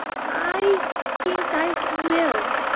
i think i will,